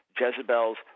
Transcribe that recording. Jezebel's